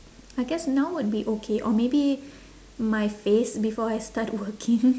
I guess now would be okay or maybe my face before I start working